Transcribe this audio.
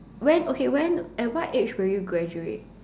when okay when at what age would you graduate